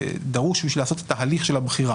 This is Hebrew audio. שדרוש בשביל לעשות את ההליך של הבחירה.